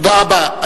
תודה רבה.